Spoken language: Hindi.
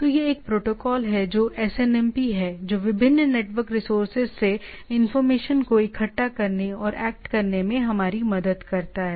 तो यह एक प्रोटोकॉल है जो एसएनएमपी है जो विभिन्न नेटवर्क रिसोर्सेज से इंफॉर्मेशन को इकट्ठा करने और एक्ट करने में हमारी मदद करता है